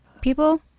people –